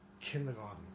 kindergarten